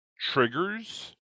triggers